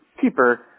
cheaper